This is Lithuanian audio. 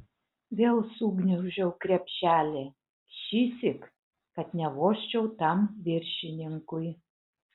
vėl sugniaužiau krepšelį šįsyk kad nevožčiau tam viršininkui